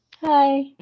Hi